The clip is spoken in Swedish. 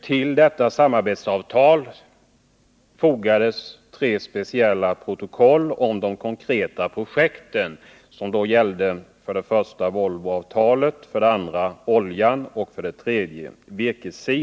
Till detta samarbetsavtal fogades tre speciella protokoll om de konkreta projekten, som då gällde för det första Volvoavtalet, för det andra oljan och för det tredje virket.